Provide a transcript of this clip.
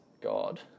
God